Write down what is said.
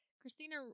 Christina